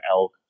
elk